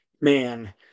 man